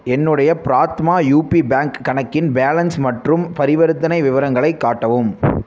என்னுடைய ப்ராத்மா யூபி பேங்க் bank balance மற்றும் பரிவர்த்தனை விவரங்களை காட்டவும்